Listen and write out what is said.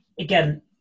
Again